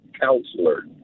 counselor